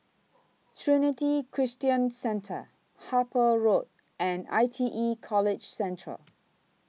Trinity Christian Centre Harper Road and I T E College Central